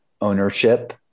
ownership